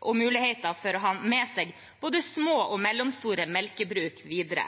og muligheten for å ha med seg både små og mellomstore melkebruk videre.